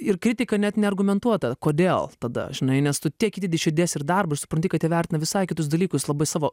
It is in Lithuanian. ir kritika net neargumentuota kodėl tada žinai nes tu tiek įdedi širdies ir darbo ir supranti kad jie vertina visai kitus dalykus labai savo